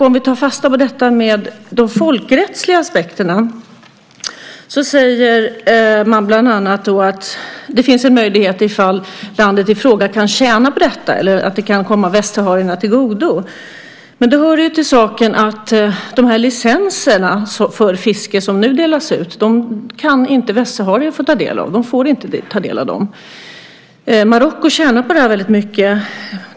Om vi tar fasta på detta med de folkrättsliga aspekterna så säger man bland annat att det finns en möjlighet till detta ifall landet i fråga kan tjäna på det eller om det kan komma västsaharierna till godo. Men det hör till saken att västsaharier inte kan få ta del av de licenser för fiske som nu delas ut. Marocko tjänar mycket på det här.